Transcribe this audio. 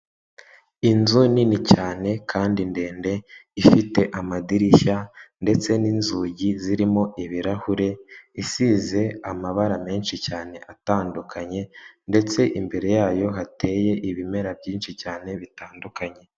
Inzu nini cyane kandi ndende, ifite amadirishya ndetse n'inzugi zirimo ibirahure, isize amabara menshi cyane atandukanye, ndetse imbere yayo hateye ibimera byinshi cyane bitandukanye.